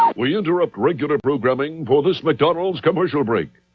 we interrupt regular programming for this mcdonald's commercial break.